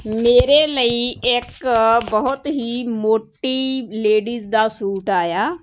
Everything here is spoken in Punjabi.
ਮੇਰੇ ਲਈ ਇੱਕ ਬਹੁਤ ਹੀ ਮੋਟੀ ਲੇਡੀਜ ਦਾ ਸੂਟ ਆਇਆ